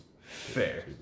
fair